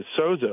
sozo